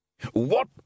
What